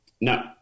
No